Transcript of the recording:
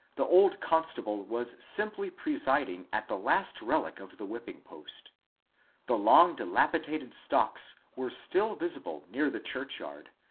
the old constable was simply pre siding at the last relic of the whipping-post. the long dilapi dated stocks were still visible near the churchyard,